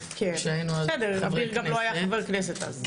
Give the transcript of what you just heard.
שהיינו --- אביר גם לא היה חבר כנסת אז.